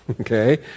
okay